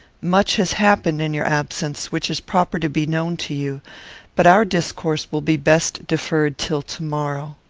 much has happened in your absence, which is proper to be known to you but our discourse will be best deferred till to-morrow.